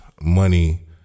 money